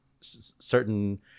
certain